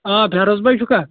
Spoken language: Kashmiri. آ فیروض بَیہِ چھُکھا